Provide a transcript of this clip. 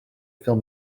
fill